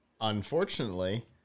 unfortunately